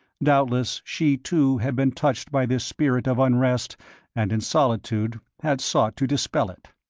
doubtless she, too, had been touched by this spirit of unrest and in solitude had sought to dispel it.